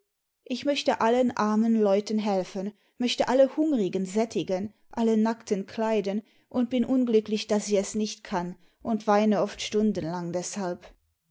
ich möchte allen armen leuten helfen möchte alle hungrigen sättigen alle nackten kleiden und bin unglücklich daß ich es nicht kann und weine oft stundenlang deshalb